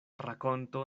rakonto